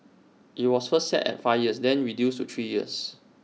IT was first set at five years then reduced to three years